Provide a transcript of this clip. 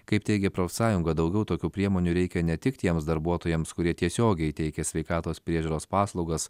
kaip teigė profsąjunga daugiau tokių priemonių reikia ne tik tiems darbuotojams kurie tiesiogiai teikia sveikatos priežiūros paslaugas